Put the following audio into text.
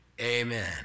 amen